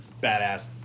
badass